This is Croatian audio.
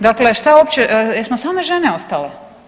Dakle što uopće, jesmo same žene ostale?